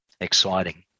exciting